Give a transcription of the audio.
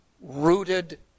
rooted